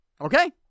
Okay